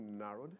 narrowed